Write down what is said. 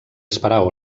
esperar